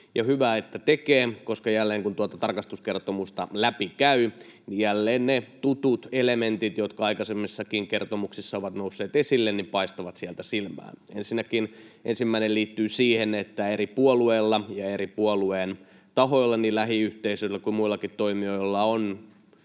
hyvä, että tekee, koska kun tuota tarkastuskertomusta käy läpi, jälleen ne tutut elementit, jotka aikaisemmissakin kertomuksissa ovat nousseet esille, paistavat sieltä silmään. Ensimmäinen liittyy siihen, että eri puolueilla ja puolueiden eri tahoilla, niin lähiyhteisöillä kuin muillakin toimijoilla, on